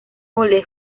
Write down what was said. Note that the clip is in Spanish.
hole